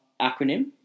acronym